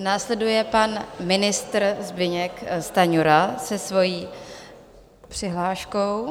N následuje pan ministr Zbyněk Stanjura se svou přihláškou.